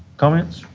comments